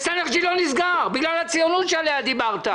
וסינרג'י לא נסגר בגלל הציונות שעליה דיברת,